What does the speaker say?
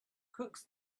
crooks